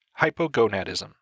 hypogonadism